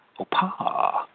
opa